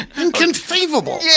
Inconceivable